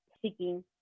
seeking